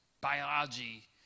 biology